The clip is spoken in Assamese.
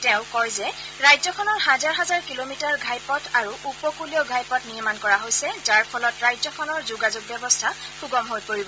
তেওঁ কয় যে ৰাজ্যখনৰ হাজাৰ হাজাৰ কিলোমিটাৰ ঘাইপথ আৰু উপকূলীয় ঘাইপথ নিৰ্মাণ কৰা হৈছে যাৰ ফলত ৰাজ্যখনৰ যোগাযোগ ব্যৱস্থা সুগম হৈ পৰিব